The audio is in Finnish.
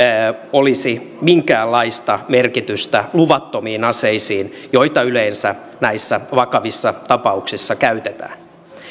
olisi minkäänlaista merkitystä luvattomiin aseisiin joita yleensä näissä vakavissa tapauksissa käytetään